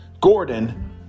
Gordon